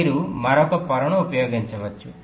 మీరు మరొక పొరను ఉపయోగించవచ్చు